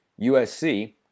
USC